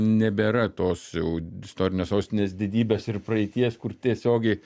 nebėra tos jau istorinės sostinės didybės ir praeities kur tiesiogiai